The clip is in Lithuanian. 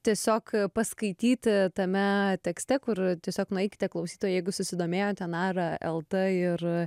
tiesiog paskaityti tame tekste kur tiesiog nueikite klausytojai jeigu susidomėjote nara lt ir